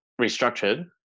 restructured